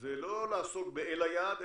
זה לא לעסוק באל היעד,